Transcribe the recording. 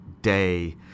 day